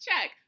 check